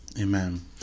Amen